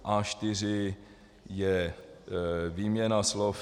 A4 je výměna slov.